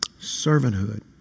Servanthood